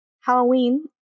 Halloween